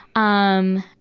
um,